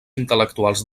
intel·lectuals